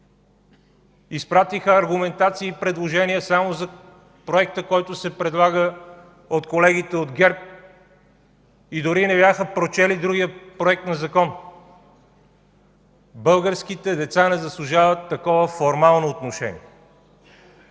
Изпратиха аргументации и предложения само за проекта, който се предлага от колегите от ГЕРБ, и дори не бяха прочели другия проект на закон. Българските деца не заслужават такова формално отношение.